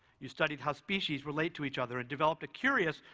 you studied how species relate to each other and developed a curious,